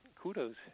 kudos